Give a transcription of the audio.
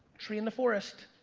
tree in the forest.